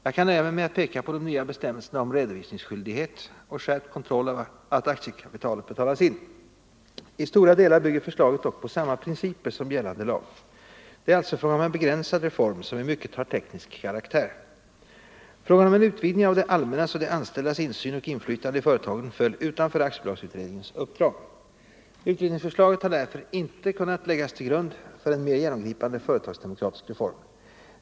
Jag kan nöja mig med att peka på de nya bestämmelserna om vidgad redovisningsskyldighet och skärpt kontroll av att aktiekapitalet betalas in. I stora delar bygger förslaget dock på samma principer som gällande lag. Det är alltså fråga om en begränsad reform som i mycket har teknisk karaktär. Frågan om en utvidgning av det allmännas och de anställdas insyn och inflytande i företagen föll utanför aktiebolagsutredningens uppdrag. Utredningsförslaget har därför inte kunnat läggas till grund för en mer genomgripande företagsdemokratisk reform.